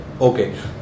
okay